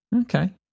Okay